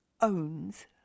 owns